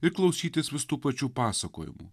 ir klausytis vis tų pačių pasakojimų